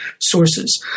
sources